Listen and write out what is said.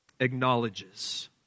acknowledges